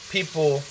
People